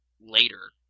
Later